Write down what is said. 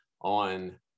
on